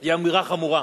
היא אמירה חמורה.